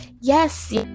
Yes